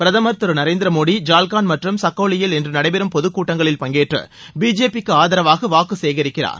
பிரதமர் திரு நரேந்திர மோடி ஜால்காள் மற்றும் சக்கோலியில் இன்று நடைபெறும் பொதுக்கூட்டங்களில் பங்கேற்று பிஜேபிக்கு ஆதரவாக வாக்கு சேகரிக்கிறார்